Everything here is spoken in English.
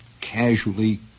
casually